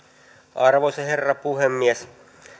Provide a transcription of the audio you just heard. arvoisa herra puhemies